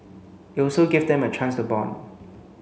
it also gave them a chance to bond